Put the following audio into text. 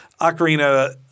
Ocarina